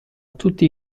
tutti